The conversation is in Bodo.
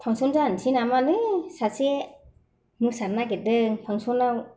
फांसन जानोसैना मानो सासे मोसानो नागिरदों फांसनाव